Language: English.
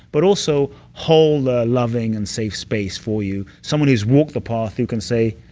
but also hold a loving and safe space for you, someone who's walked the path, who can say,